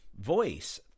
voice